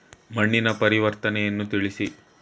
ಮಣ್ಣಿನ ಪರಿವರ್ತನೆಯನ್ನು ತಿಳಿಸಿ?